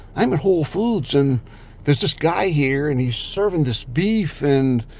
i'm at whole foods, and there's this guy here, and he's serving this beef. and